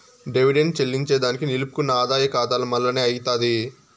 dividend చెల్లింజేదానికి నిలుపుకున్న ఆదాయ కాతాల మల్లనే అయ్యితాది